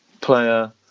player